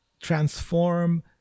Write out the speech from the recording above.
transform